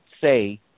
say